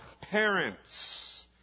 parents